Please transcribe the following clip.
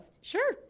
Sure